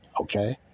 Okay